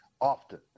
often